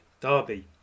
derby